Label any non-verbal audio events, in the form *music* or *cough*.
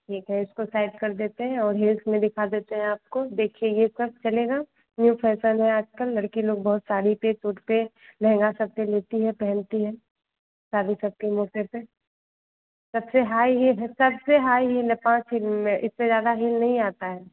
ठीक है इसको साइड कर देते हें और हील्स में दिखा देते हैं आपको देखिए यह सब चलेगा न्यू फैशन है आजकल लड़की लोग बहुत साड़ी पर सूट पर लहँगा सब पर लेती है पहनती है शादी सब के मौके पर सबसे हाई हील है सबसे हाई हील है पाँच *unintelligible* में इससे ज़्यादा नहीं आता है